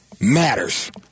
matters